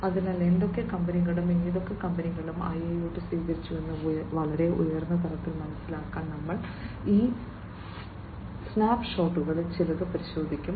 അതിനാൽ ഏതൊക്കെ കമ്പനികളും ഏതൊക്കെ കമ്പനികളും IIoT സ്വീകരിച്ചുവെന്ന് വളരെ ഉയർന്ന തലത്തിൽ മനസിലാക്കാൻ ഞങ്ങൾ ഈ സ്നാപ്പ്ഷോട്ടുകളിൽ ചിലത് പരിശോധിക്കും